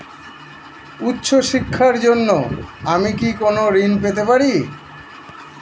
উচ্চশিক্ষার জন্য আমি কি কোনো ঋণ পেতে পারি?